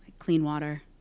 clean water,